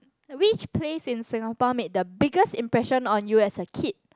which place in Singapore made the biggest impression on you as a kid